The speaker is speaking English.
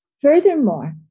Furthermore